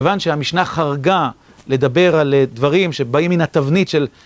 כיוון שהמשנה חרגה לדבר על דברים שבאים מן התבנית של...